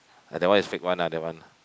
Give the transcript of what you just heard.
ah that one is fake one lah that one ah